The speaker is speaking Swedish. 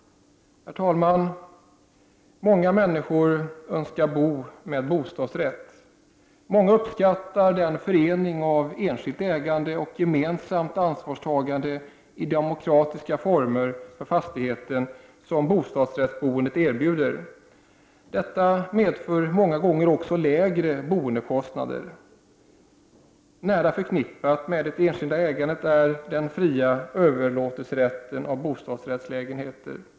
Herr talman! Många människor önskar bo med bostadsrätt. Många uppskattar den förening av enskilt ägande och gemensamt ansvarstagande för fastigheten i demokratiska former som bostadsrättsboendet erbjuder. Detta medför många gånger också lägre boendekostnader. Nära förknippat med det enskilda ägandet är den fria överlåtelserätten av bostadsrättslägenheter.